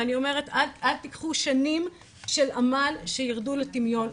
ואני אומרת, אל תיקחו שנים של עמל שירדו לטמיון.